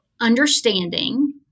understanding